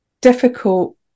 difficult